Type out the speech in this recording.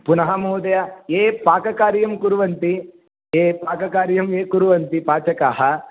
पुनः महोदय ये पाककार्यं कुर्वन्ति ये पाककार्यं ये कुर्वन्ति पाचकाः